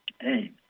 Hey